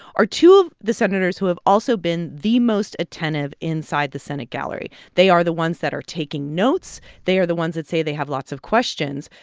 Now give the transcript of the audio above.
are two of the senators who have also been the most attentive inside inside the senate gallery. they are the ones that are taking notes. they are the ones that say they have lots of questions.